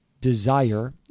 desire